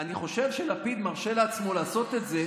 אני חושב שלפיד מרשה לעצמו לעשות את זה